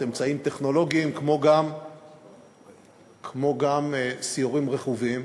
אמצעים טכנולוגיים כמו גם סיורים רכובים,